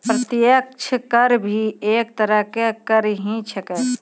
प्रत्यक्ष कर भी एक तरह के कर ही छेकै